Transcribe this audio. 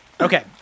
Okay